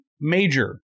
major